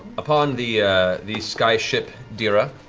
upon the the skyship deera.